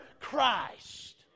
Christ